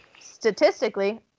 Statistically